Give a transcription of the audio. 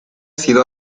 sido